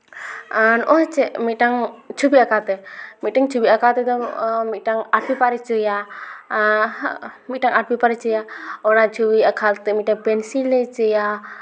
ᱱᱚᱜᱼᱚᱸᱭ ᱪᱮᱜ ᱢᱤᱫᱴᱟᱝ ᱪᱷᱚᱵᱤ ᱟᱸᱠᱟᱣ ᱛᱮ ᱢᱤᱫᱴᱟᱝ ᱪᱷᱚᱵᱤ ᱟᱸᱠᱟᱣ ᱛᱮᱫᱚ ᱢᱤᱫᱴᱟᱝ ᱟᱨᱴ ᱯᱮᱯᱟᱨ ᱪᱟᱹᱭᱟ ᱢᱤᱫᱴᱟᱝ ᱟᱨᱴ ᱯᱮᱯᱟᱨ ᱪᱟᱹᱭᱟ ᱚᱱᱟ ᱪᱷᱚᱵᱤ ᱟᱸᱠᱟᱣ ᱛᱮ ᱢᱤᱫᱴᱟᱝ ᱯᱮᱱᱥᱤᱞᱮ ᱪᱟᱹᱭᱟ